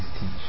teach